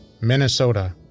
Minnesota